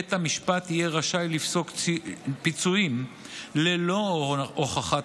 בית המשפט יהיה רשאי לפסוק פיצויים ללא הוכחת